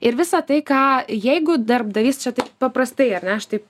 ir visą tai ką jeigu darbdavys čia taip paprastai ar ne aš taip